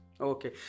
Okay